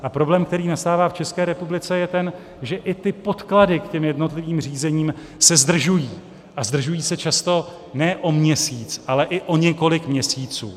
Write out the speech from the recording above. A problém, který nastává v České republice, je ten, že i ty podklady k jednotlivým řízením se zdržují, a zdržují se často ne o měsíc, ale i o několik měsíců.